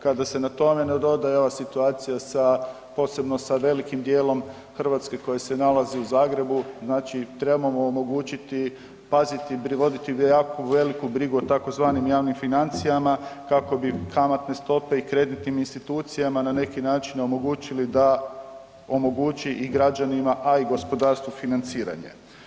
Kada se na to nadoda i ova situacija sa, posebno sa velikim dijelom Hrvatske koji se nalaze u Zagrebu, znači trebamo omogućiti, paziti i privoditi jako veliku brigu o tzv. javnim financijama kako bi kamatne stope i kreditnim institucijama na neki način omogućili da omogući i građanima, a i gospodarstvu, financiranje.